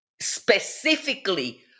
specifically